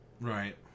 right